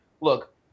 look